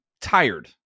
tired